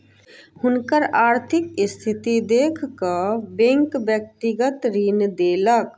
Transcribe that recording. हुनकर आर्थिक स्थिति देख कअ बैंक व्यक्तिगत ऋण देलक